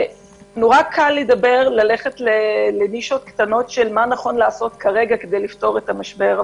נורא קל לדבר על נישות קטנות של מה נכון לעשות כרגע כדי לפתור את המשבר,